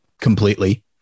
completely